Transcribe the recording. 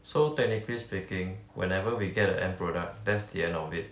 so technically speaking whenever we get the end product that's the end of it